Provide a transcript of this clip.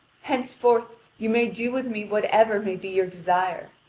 henceforth you may do with me whatever may be your desire.